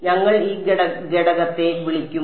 അതിനാൽ ഞങ്ങൾ ഈ ഘടകത്തെ വിളിക്കും